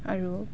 আৰু